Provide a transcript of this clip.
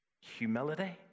Humility